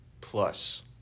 plus